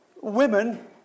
women